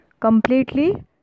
completely